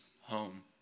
home